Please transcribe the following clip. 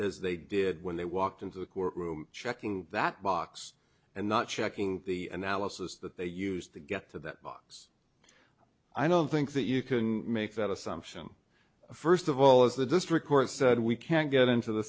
as they did when they walked into the court room checking that box and not checking the analysis that they used to get to that box i don't think that you can make that assumption first of all as the district court said we can't get into the